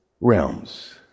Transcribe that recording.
realms